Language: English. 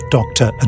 Doctor